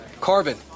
carbon